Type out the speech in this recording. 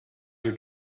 your